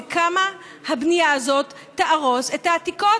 זה כמה הבנייה הזאת תהרוס את העתיקות.